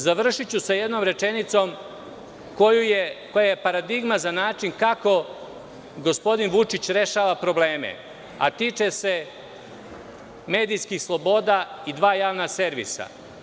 Završiću sa jednom rečenicom koja je paradigma za način kako gospodin Vučić rešava probleme, a tiče se medijskih sloboda i dva javna servisa.